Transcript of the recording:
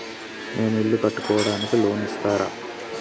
నేను ఇల్లు కట్టుకోనికి లోన్ ఇస్తరా?